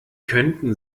könnten